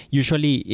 usually